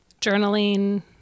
journaling